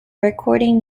recording